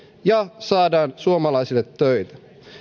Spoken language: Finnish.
ja saadaan suomalaisille töitä